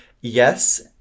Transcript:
Yes